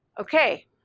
okay